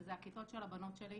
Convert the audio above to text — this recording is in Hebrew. שזה הכיתות של הבנות שלי.